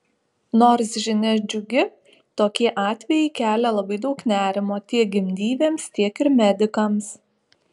nors žinia džiugi tokie atvejai kelia labai daug nerimo tiek gimdyvėms tiek ir medikams